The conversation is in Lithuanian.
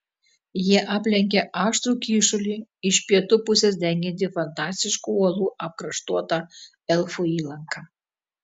jie aplenkė aštrų kyšulį iš pietų pusės dengiantį fantastiškų uolų apkraštuotą elfų įlanką